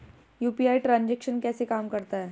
UPI transaction कैसे काम करता है?